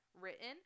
written